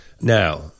now